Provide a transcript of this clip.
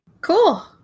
Cool